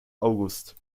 august